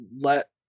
let